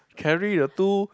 carry a two